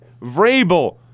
Vrabel